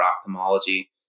ophthalmology